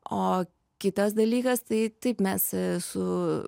o kitas dalykas tai taip mes su